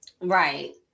Right